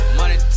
money